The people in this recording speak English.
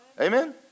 Amen